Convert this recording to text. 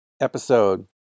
episode